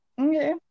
okay